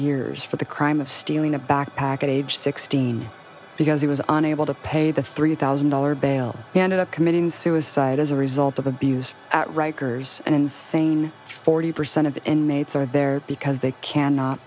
years for the crime of stealing a backpack at age sixteen because he was unable to pay the three thousand dollars bail ended up committing suicide as a result of abuse at rikers and insane forty percent of the inmates are there because they cannot